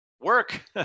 Work